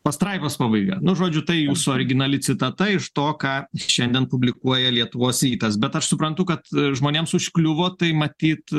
pastraipos pabaiga nu žodžiu tai jūsų originali citata iš to ką šiandien publikuoja lietuvos rytas bet aš suprantu kad žmonėms užkliuvo tai matyt